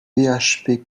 php